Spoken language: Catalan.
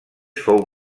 fou